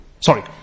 Sorry